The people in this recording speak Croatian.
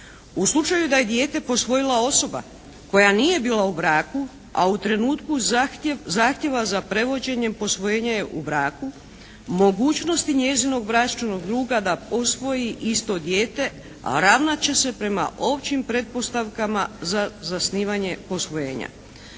U slučaju da je dijete posvojila osoba koja nije bila u braku, a u trenutku zahtjeva za prevođenjem posvojenja je u braku, mogućnosti njezinog bračnog druga da postoji isto dijete ravnat će se prema općim pretpostavkama za zasnivanje posvojenja.